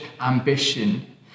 ambition